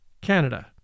Canada